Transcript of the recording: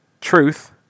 Truth